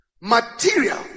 material